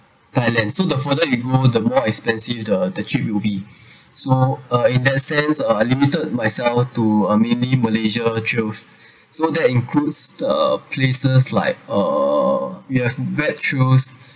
thailand so the further you go the more expensive the the trip will be so uh in that sense uh I limited myself to uh mainly malaysia trails so that includes the places like uh yes wet shoes